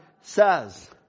says